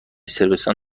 صربستان